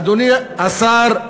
אדוני השר,